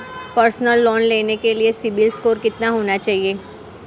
Personal loan लेने के लिए सिबिल स्कोर कितना होना चाहिए?